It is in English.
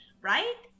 right